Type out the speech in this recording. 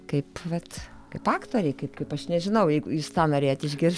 kaip vat kaip aktoriai kaip kaip aš nežinau jeigu jūs tą norėjot išgirst